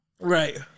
Right